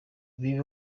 ibi